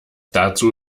dazu